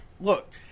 look